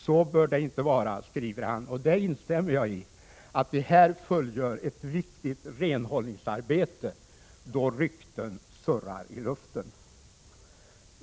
Så bör det inte vara, skriver han. Jag instämmer i att vi här fullgör ett viktigt renhållningsarbete, när rykten surrar i luften.